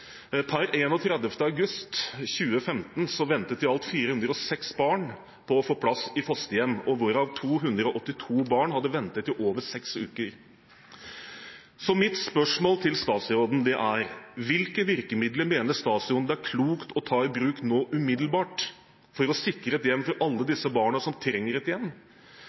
Per 31. august 2015 ventet i alt 406 barn på å få plass i fosterhjem, hvorav 282 barn hadde ventet i over seks uker. Så mine spørsmål til statsråden er: Hvilke virkemidler mener statsråden det er klokt å ta i bruk umiddelbart for å sikre et hjem for alle disse barna som trenger et